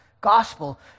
gospel